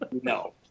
No